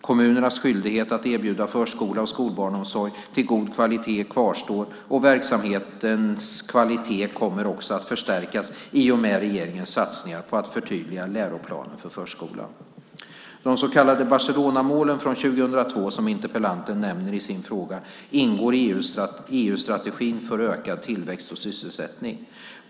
Kommunernas skyldighet att erbjuda förskola och skolbarnsomsorg till god kvalitet kvarstår, och verksamhetens kvalitet kommer också att förstärkas i och med regeringens satsningar på att förtydliga läroplanen för förskolan. De så kallade Barcelonamålen från 2002 som interpellanten nämner i sin fråga ingår i EU-strategin för ökad tillväxt och sysselsättning.